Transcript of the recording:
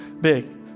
big